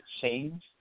change